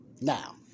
Now